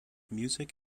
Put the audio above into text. music